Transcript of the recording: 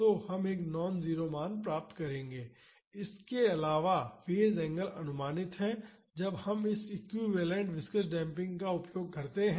तो हम एक नॉन जीरो मान प्राप्त करेंगे लेकिन इसके अलावा फेज़ एंगल अनुमानित है जब हम इस क्विवैलेन्ट विस्कॉस डेम्पिंग का उपयोग करते हैं